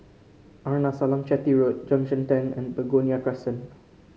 Arnasalam Chetty Road Junction Ten and Begonia Crescent